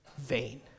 vain